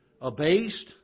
Abased